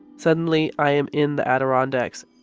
suddenly, i am in the adirondacks.